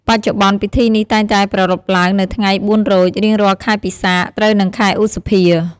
បច្ចុប្បន្នពិធីនេះតែងតែប្រារព្ធឡើងនៅថ្ងៃ ៤រោច រៀងរាល់ខែពិសាខ ត្រូវនឹងខែឧសភា។